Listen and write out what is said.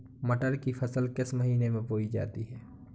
मटर की फसल किस महीने में बोई जाती है?